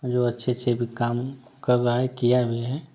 जो अच्छे अच्छे भी काम कर रहा है किया भी है